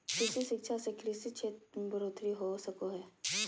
कृषि शिक्षा से कृषि क्षेत्र मे बढ़ोतरी हो सको हय